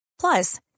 Plus